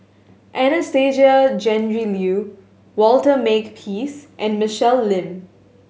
Anastasia Tjendri Liew Walter Makepeace and Michelle Lim